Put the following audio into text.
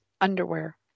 underwear